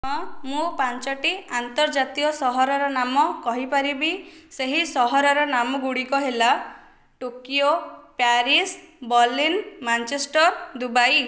ହଁ ମୁଁ ପାଞ୍ଚଟି ଆନ୍ତର୍ଜାତିକ ସହରର ନାମ କହିପାରିବି ସେହି ସହରର ନାମ ଗୁଡ଼ିକ ହେଲା Tokyo Paris Berlin Manchester Dubai